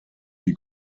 die